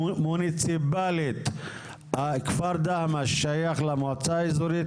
מוניציפאלית כפר דהמש שייך למועצה האזורית